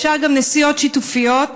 אפשר גם נסיעות שיתופיות,